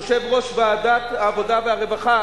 יושב-ראש ועדת העבודה והרווחה,